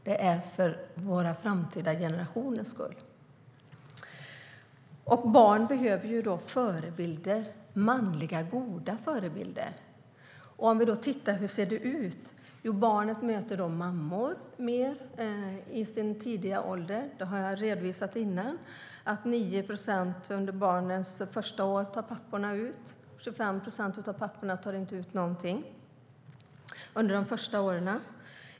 Det är för våra framtida generationers skull. Barn behöver manliga, goda förebilder. Om vi tittar på hur det ser ut ser vi att barnet möter mammor mer i sin tidiga ålder - jag har tidigare redovisat att papporna tar ut 9 procent under barnens första år och att 25 procent av papporna inte tar ut någonting under de första åren.